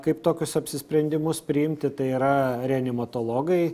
kaip tokius apsisprendimus priimti tai yra reanimatologai